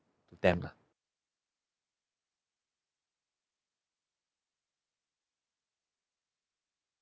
them